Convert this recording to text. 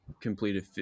completed